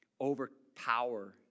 overpower